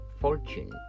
Fortune